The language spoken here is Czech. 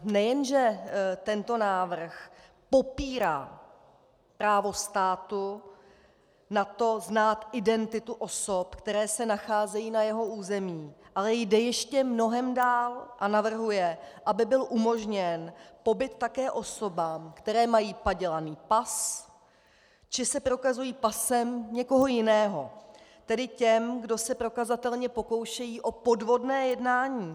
Nejen že tento návrh popírá právo státu na to znát identitu osob, které se nacházejí na jeho území, ale jde ještě mnohem dál a navrhuje, aby byl umožněn pobyt také osobám, které mají padělaný pas či se prokazují pasem někoho jiného, tedy těm, kdo se prokazatelně pokoušejí o podvodné jednání.